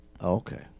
Okay